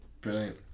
Brilliant